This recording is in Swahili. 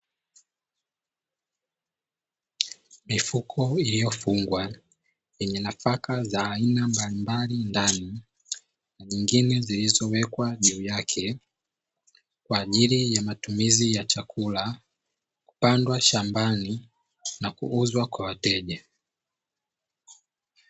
Mifuko liyofungwa yenye nafaka za aina mbalimbali ndani, nyingine zilizowekwa juu yake kwa ajili ya matumizi ya chakula, kupandwa shambani na kuuzwa kwa wateja.